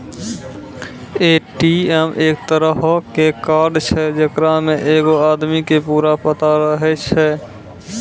ATM एक तरहो के कार्ड छै जेकरा मे एगो आदमी के पूरा पता रहै छै